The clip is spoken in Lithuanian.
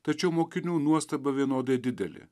tačiau mokinių nuostaba vienodai didelė